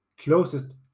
closest